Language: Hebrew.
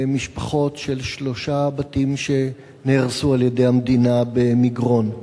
למשפחות על שלושה בתים שנהרסו על-ידי המדינה במגרון.